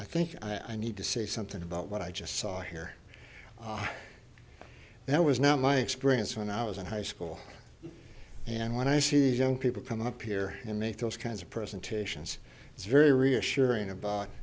i think i need to say something about what i just saw here oh that was not my experience when i was in high school and when i see young people come up here and they thought kinds of presentations is very reassuring about